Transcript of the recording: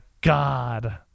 God